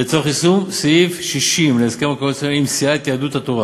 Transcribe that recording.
לצורך יישום סעיף 60 להסכם הקואליציוני עם סיעת יהדות התורה